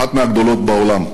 אחת מהגדולות בעולם.